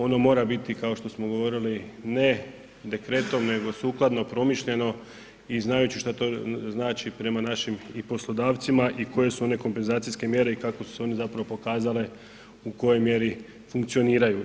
Ono mora biti kao što smo govorili ne dekretom nego sukladno promišljeno i znajući šta to znači prema našim poslodavcima i koje su kompenzacijske mjere i kako su se one pokazale u kojoj mjeri funkcioniraju.